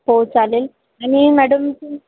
हो चालेल आणि मॅडम तु